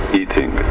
eating